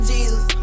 Jesus